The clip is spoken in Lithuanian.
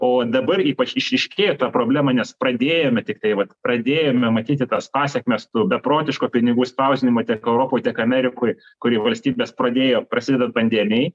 o dabar ypač išryškėjo ta problema nes pradėjome tiktai vat pradėjome matyti tas pasekmes to beprotiško pinigų spausdinimo tiek europoj tiek amerikoj kurį valstybės pradėjo prasidedant pandemijai